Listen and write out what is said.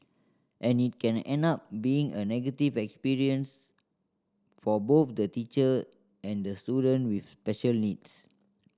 and it can end up being a negative experience for both the teacher and the student with special needs